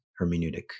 hermeneutic